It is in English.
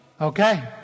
Okay